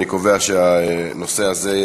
אני קובע שהנושא הזה,